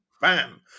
Bam